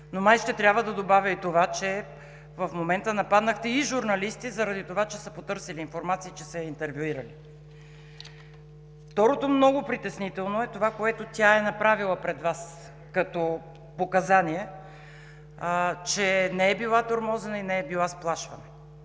но май ще трябва да добавя и това, че в момента нападнахте и журналисти, заради това че са потърсили информация и са я интервюирали. Второто много притеснително е това, което тя е направила пред Вас като показания, че не е била тормозена и не е била сплашвана.